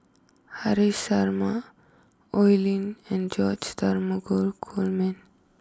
Haresh Sharma Oi Lin and George Dromgold Coleman